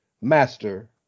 master